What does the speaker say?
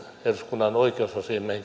eduskunnan oikeusasiamiehen